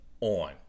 on